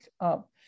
up